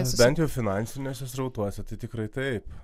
bent jau finansiniuose srautuose tai tikrai taip